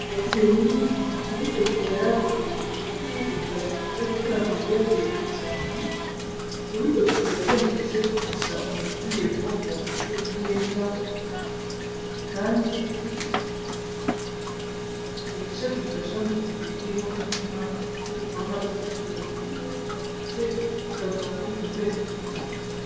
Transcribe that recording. Gaperi ni utubuto twera ku biti bidakunze gukora ngo bibe birebire cyane, utwo ubuto turaryoha ndetse dufasha umuntu uturiye kumva amerewe neza, kandi hari icyo dufasha mu mubiri nko gutuma umuvuduko w'amaraso usubira ku murongo ndetse ukavura n'ubundi burwayi butandukanye.